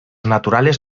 naturales